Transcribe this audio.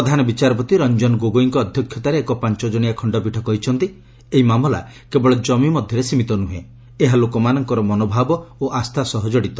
ପ୍ରଧାନ ବିଚାରପତି ରଞ୍ଜନ ଗୋଗୋଇଙ୍କ ଅଧ୍ୟକ୍ଷତାରେ ଏକ ପାଞ୍ଚ ଜଣିଆ ଖଣ୍ଡପୀଠ କହିଛନ୍ତି ଏହି ମାମଲା କେବଳ ଜମି ମଧ୍ୟରେ ସୀମିତ ନୁହେଁ ଏହା ଲୋକମାନଙ୍କର ମନୋଭାବ ଓ ଆସ୍ଥା ସହ ଜଡ଼ିତ